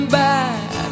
bad